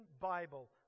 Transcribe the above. Bible